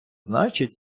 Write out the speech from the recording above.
значить